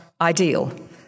ideal